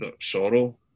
Sorrow